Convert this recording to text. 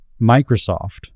Microsoft